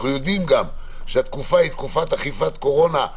יודעים גם שהתקופה היא תקופת אכיפת קורונה,